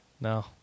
no